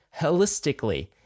holistically